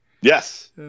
Yes